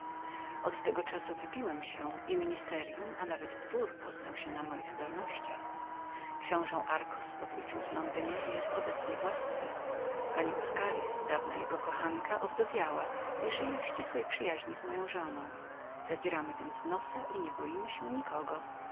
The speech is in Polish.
od tego czasu wzniosłem się i ministeryum a nawet dwór poznał się na moich zdolnościach książe darcos powrócił z swego poselstwa i jest w łasce pani uscaritz dawna jego kochanka owdowiała i żyje w ścisłej przyjaźni z moją żoną zadzieramy więc nosy i nieboimy się nikogo